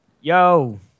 Yo